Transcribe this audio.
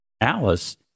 Alice